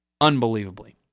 unbelievably